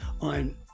on